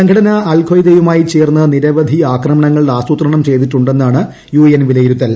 സംഘടന അൽ ഖെയ്ദയുമായി ചേർന്ന് നിരവധി ആക്രമണങ്ങൾ ആസൂത്രണം ചെയ്തിട്ടു ന്നാണ് യു എൻ വിലയിരുത്തൽ